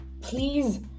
please